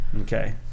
Okay